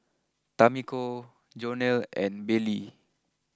Tamiko Jonell and Baylee